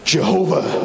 Jehovah